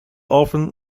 often